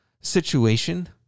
Situation